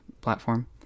platform